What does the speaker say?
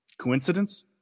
Coincidence